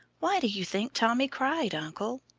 why do you think tommy cried, uncle?